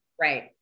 Right